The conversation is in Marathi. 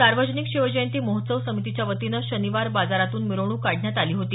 सार्वजनिक शिवजयंती महोत्सव समितीच्या वतीने शनिवार बाजारातून मिरवणूक काढण्यात आली होती